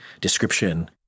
description